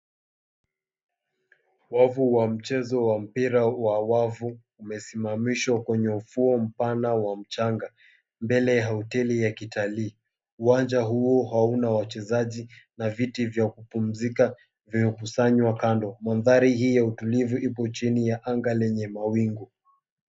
Wavu wa mchezo wa mpira wa wavu umesimamishwa kwenye ufuo mpana wa mchanga mbele ya hoteli ya kitalii. Uwanja huu hauna wachezaji na viti vya kupumzika vimekusanywa kando. Mandhari hii ya utulivu ipo chini ya anga lenye mawingu.